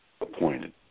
appointed